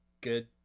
good